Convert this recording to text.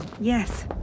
Yes